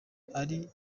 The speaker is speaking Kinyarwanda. ari